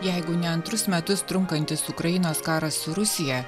jeigu ne antrus metus trunkantis ukrainos karas su rusija